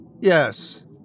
Yes